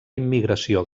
immigració